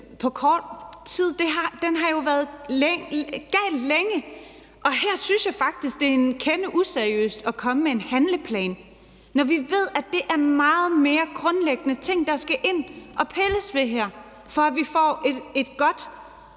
på kort tid. Den har jo været gal med det længe, og her synes jeg faktisk, at det er en kende useriøst at komme med en handleplan, når vi ved, at det er meget mere grundlæggende ting, der skal ind og pilles ved her, for at vi får et godt